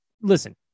listen